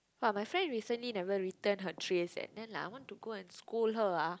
but my friend recently never return her tray eh then like I want to go and scold her ah